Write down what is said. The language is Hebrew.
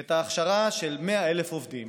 את ההכשרה של 100,000 עובדים.